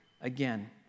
again